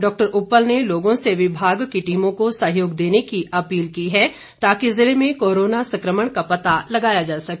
doctor Uppal ने लोगों से विभाग की टीमों को सहयोग देने की अपील की है ताकि जिले में कोरोना संक्रमण का पता लगाया जा सके